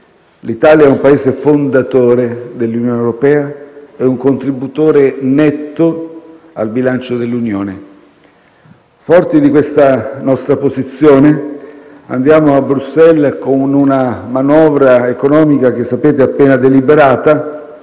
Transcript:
L'Italia è un Paese fondatore dell'Unione europea e un contributore netto al bilancio dell'Unione. Forti di questa nostra posizione, andiamo a Bruxelles con una manovra economica - come sapete - appena deliberata,